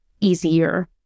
easier